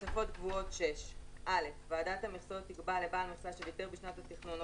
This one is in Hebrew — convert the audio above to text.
תוספות קבועות ועדת המכסות תקבע לבעל מכסה שוויתר בשנת התכנון או